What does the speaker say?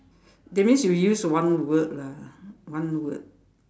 that means you use one word lah one word